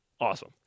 Awesome